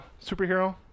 superhero